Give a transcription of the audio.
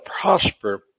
prosper